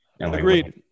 Agreed